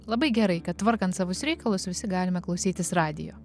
labai gerai kad tvarkant savus reikalus visi galime klausytis radijo